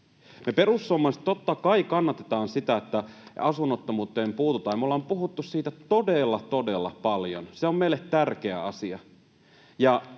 Me perussuomalaiset totta kai kannatetaan sitä, että asunnottomuuteen puututaan, ja me ollaan puhuttu siitä todella, todella paljon. Se on meille tärkeä asia.